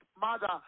mother